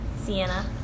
Sienna